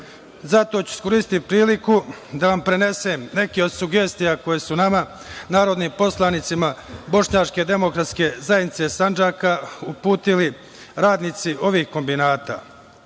ću iskoristiti priliku da vam prenesem neke od sugestija koje su nama narodnim poslanicima Bošnjačke demokratske zajednice Sandžaka uputili radnici ovih kombinata.